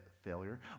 failure